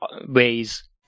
ways